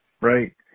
right